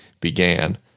began